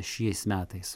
šiais metais